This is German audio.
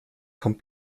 kommt